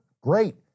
Great